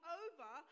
over